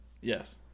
Yes